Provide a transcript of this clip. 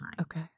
Okay